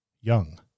young